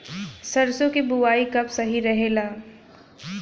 सरसों क बुवाई कब सही रहेला?